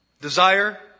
desire